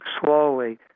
slowly